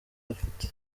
afite